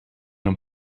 een